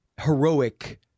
heroic